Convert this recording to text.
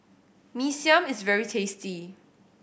Mee Siam is very tasty